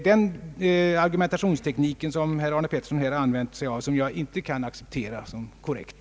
Den argumentationsteknik som herr Arne Pettersson har använt sig av kan jag inte finna korrekt.